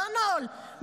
סונול,